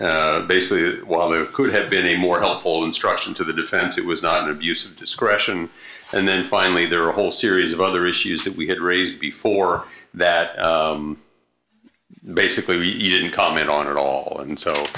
head basically while there could have been a more helpful instruction to the defense it was not an abuse of discretion and then finally there are a whole series of other issues that we had raised before that basically you can comment on it all and